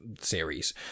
series